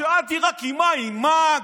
שאלתי: רק עם מה, עם מאג?